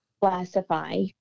classify